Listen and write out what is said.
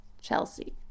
Chelsea